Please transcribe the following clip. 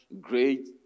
great